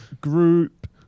Group